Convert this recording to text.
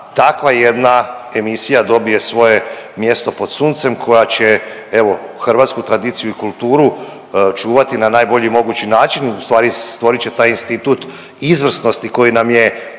takva jedna emisija dobije svoje mjesto pod suncem koja će evo hrvatsku tradiciju i kulturu čuvati na najbolji mogući način, ustvari stvorit će taj institut izvrsnosti koji nam je